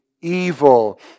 evil